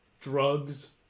drugs